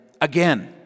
again